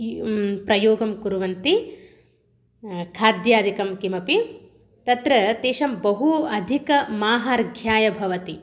प्रयोगं कुर्वन्ति खाद्यादिकं किमपि तत्र तेषां बहु अधिकं माहर्घ्याय भवति